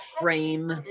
frame